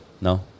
No